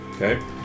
Okay